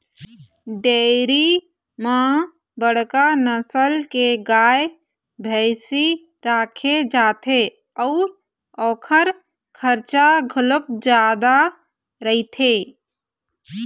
dairy म बड़का नसल के गाय, भइसी राखे जाथे अउ ओखर खरचा घलोक जादा रहिथे